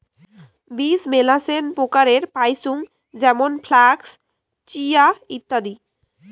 বীজ মেলাছেন প্রকারের পাইচুঙ যেমন ফ্লাক্স, চিয়া, ইত্যাদি